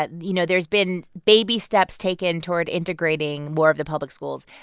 but you know, there's been baby steps taken toward integrating more of the public schools.